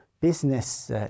business